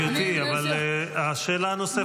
אבל שאלתי אותך שאלה.